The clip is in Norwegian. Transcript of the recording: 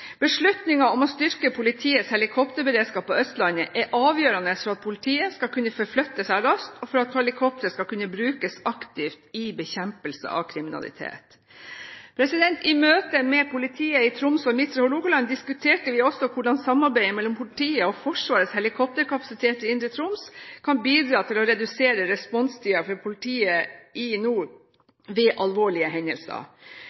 om å styrke politiets helikopterberedskap på Østlandet er avgjørende for at politiet skal kunne forflytte seg raskt, og for at helikopteret skal kunne brukes aktivt i bekjempelse av kriminalitet. I møter med politiet i Troms og Midtre Hålogaland diskuterte vi også hvordan samarbeidet mellom politiet og Forsvarets helikopterkapasitet i Indre Troms kan bidra til å redusere responstiden for politiet i